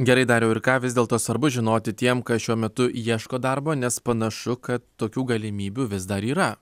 gerai dariau ir ką vis dėlto svarbu žinoti tiem kas šiuo metu ieško darbo nes panašu kad tokių galimybių vis dar yra